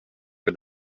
for